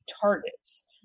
targets